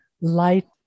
light